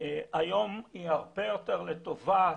היום היא הרבה יותר "לטובת"